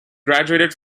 graduated